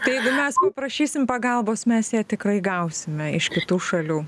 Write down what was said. tai jeigu mes paprašysim pagalbos mes ją tikrai gausime iš kitų šalių